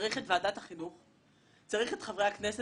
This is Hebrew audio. צריך את ועדת החינוך, צריך את חברי הכנסת